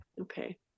Okay